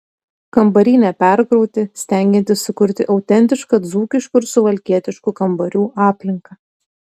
kambariai neperkrauti stengiantis sukurti autentišką dzūkiškų ir suvalkietiškų kambarių aplinką